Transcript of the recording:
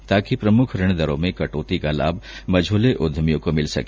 ताकि प्रमुख ऋण दरों में कटौती का लाभ मझौले उद्दमियों को मिल सके